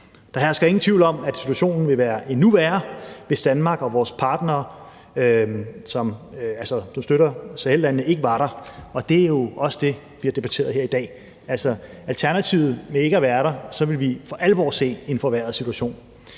Der hersker ingen tvivl om, at situationen ville være endnu værre, hvis Danmark og vores partnere, som støtter Sahellandene, ikke var der, og det er jo også det, vi har debatteret her i dag. Med alternativet, altså hvis vi ikke var der, ville vi for alvor se en forværret situation.